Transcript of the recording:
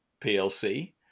PLC